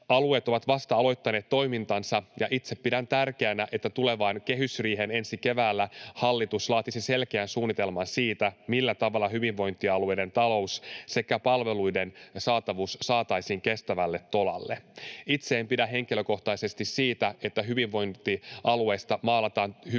Alueet ovat vasta aloittaneet toimintansa, ja itse pidän tärkeänä, että tulevaan kehysriiheen ensi keväänä hallitus laatisi selkeän suunnitelman siitä, millä tavalla hyvinvointialueiden talous sekä palveluiden saatavuus saataisiin kestävälle tolalle. Itse en pidä henkilökohtaisesti siitä, että hyvinvointialueista maalataan hyvin negatiivista